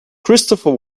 christopher